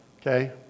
Okay